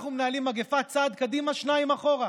אנחנו מנהלים מגפה, צעד קדימה, שניים אחרונה.